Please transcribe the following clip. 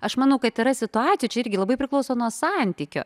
aš manau kad yra situacijų čia irgi labai priklauso nuo santykio